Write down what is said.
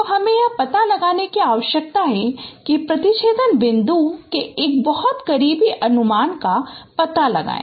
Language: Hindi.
तो हमें यह पता लगाने की आवश्यकता है कि प्रतिच्छेद बिंदु के एक बहुत करीबी अनुमान का पता लगाएं